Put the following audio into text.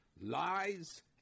Lies